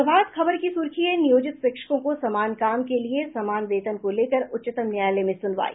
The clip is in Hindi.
प्रभात खबर की सुर्खी है नियोजित शिक्षकों को समान काम के लिए समान वेतन को लेकर उच्चतम न्यायालय में सुनवाई